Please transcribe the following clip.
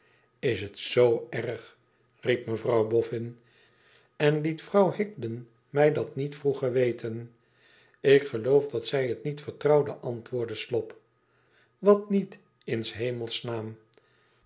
is het z erg riep mevrouw boffin n liet vrouw higden mij dat niet vroeger weten ik geloof dat zij het niet vertrouwde antwoordde slop wat niet in's